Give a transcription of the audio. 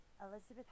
Elizabeth